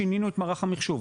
שינינו את מערך המחשוב.